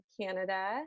Canada